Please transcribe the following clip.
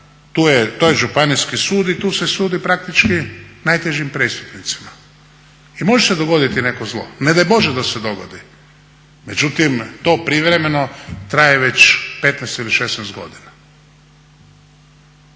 To je Županijski sud i tu se sudi praktički najtežim prestupnicima. I može se dogoditi neko zlo, ne daj Bože da se dogodi, međutim to privremeno traje već 15 ili 16 godina.